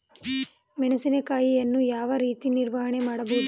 ಮೆಣಸಿನಕಾಯಿಯನ್ನು ಯಾವ ರೀತಿ ನಿರ್ವಹಣೆ ಮಾಡಬಹುದು?